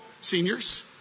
seniors